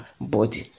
body